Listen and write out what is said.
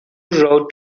road